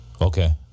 Okay